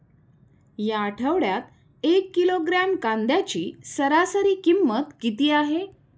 या आठवड्यात एक किलोग्रॅम कांद्याची सरासरी किंमत किती आहे?